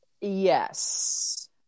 Yes